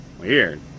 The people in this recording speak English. Weird